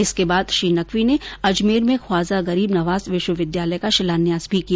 इसके बाद श्री नकवी ने अजमेर में ख्वाजा गरीब नवाज विश्वविद्यालय का शिलान्यास भी किया